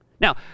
now